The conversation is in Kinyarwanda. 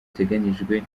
iteganyijwe